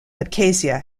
abkhazia